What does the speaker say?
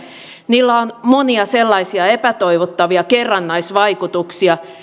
niillä on monia sellaisia epätoivottavia kerrannaisvaikutuksia